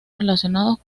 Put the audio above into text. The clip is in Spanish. relacionados